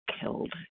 killed